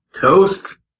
Toast